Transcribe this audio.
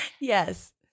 yes